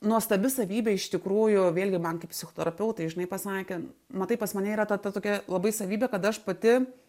nuostabi savybė iš tikrųjų vėlgi man kai psichoterapeutai žinai pasakė matai pas mane yra ta tokia labai savybė kad aš pati